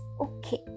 okay